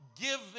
give